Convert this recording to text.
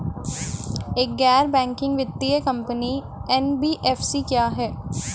एक गैर बैंकिंग वित्तीय कंपनी एन.बी.एफ.सी क्या है?